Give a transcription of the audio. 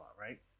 right